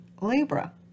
Libra